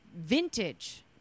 vintage